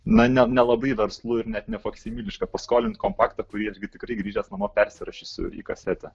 na ne nelabai verslu ir net ne faksimiliška paskolint kompaktą kurį irgi tikrai grįžęs namo persirašysiu į kasetę